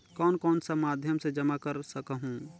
कौन कौन सा माध्यम से जमा कर सखहू?